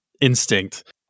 instinct